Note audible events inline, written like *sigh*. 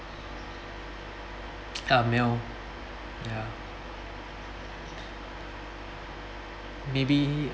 *noise* ya male ya maybe